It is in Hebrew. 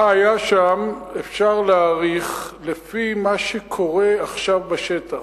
מה היה שם, אפשר להעריך לפי מה שקורה עכשיו בשטח.